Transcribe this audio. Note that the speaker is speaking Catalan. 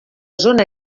zona